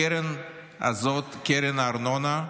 הקרן הזאת, קרן הארנונה,